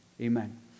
amen